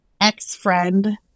ex-friend